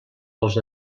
els